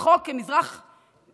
רחוק כמזרח ממערב.